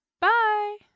Bye